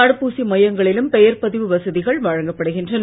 தடுப்பூசி மையங்களிலும் பெயர் பதிவு வசதிகள் வழங்கப்படுகின்றன